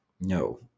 No